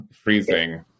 freezing